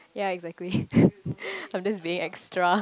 ya exactly I'm just being extra